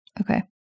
Okay